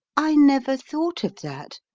i never thought of that,